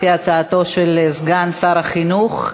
לפי הצעתו של סגן שר החינוך,